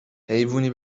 حیوونی